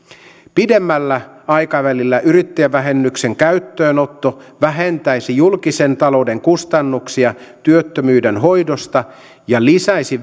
pidemmällä aikavälillä yrittäjävähennyksen käyttöönotto vähentäisi julkisen talouden kustannuksia työttömyyden hoidosta ja lisäisi